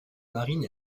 marine